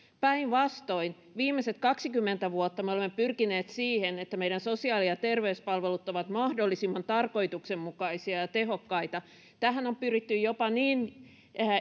päinvastoin viimeiset kaksikymmentä vuotta me olemme pyrkineet siihen että meidän sosiaali ja terveyspalvelut ovat mahdollisimman tarkoituksenmukaisia ja tehokkaita tähän on pyritty jopa niin